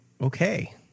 Okay